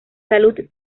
salud